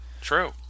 True